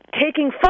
taking